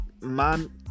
man